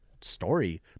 story